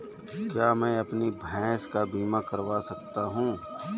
क्या मैं अपनी भैंस का बीमा करवा सकता हूँ?